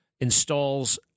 installs